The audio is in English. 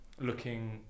looking